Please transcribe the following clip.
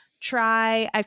Try